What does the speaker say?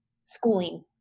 schooling